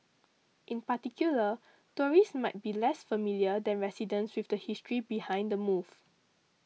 in particular tourists might be less familiar than residents with the history behind the move